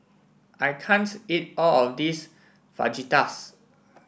I can't eat all of this Fajitas